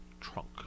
trunk